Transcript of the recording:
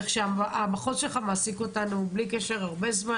המחוז שלך מעסיק אותנו הרבה זמן.